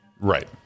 right